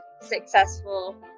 successful